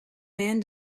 man